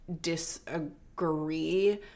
disagree